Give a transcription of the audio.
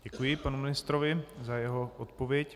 Děkuji panu ministrovi za jeho odpověď.